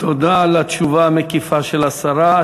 תודה על התשובה המקיפה של השרה.